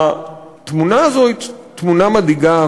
התמונה הזאת היא תמונה מדאיגה,